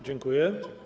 Dziękuję.